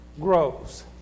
grows